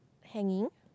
hanging